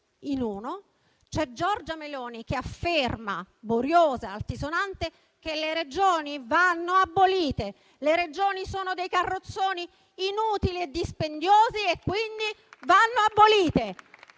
In uno c'è Giorgia Meloni che afferma, boriosa e altisonante, che le Regioni vanno abolite, che sono carrozzoni inutili e dispendiosi e quindi vanno abolite.